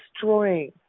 destroying